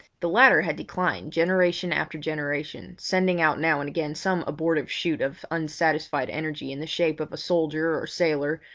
the latter had declined generation after generation, sending out now and again some abortive shoot of unsatisfied energy in the shape of a soldier or sailor,